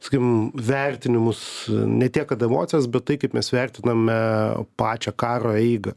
sakykim vertinimus ne tiek kad emocijas bet tai kaip mes vertiname pačią karo eigą